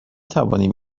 توانیم